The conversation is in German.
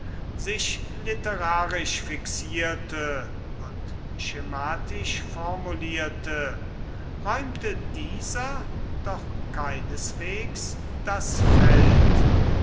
sich literarisch fixierte und schematisch formulierte räumte dieser doch keineswegs das feld